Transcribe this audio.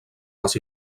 les